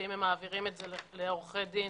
שאם הם מעבירים את זה לעורכי דין,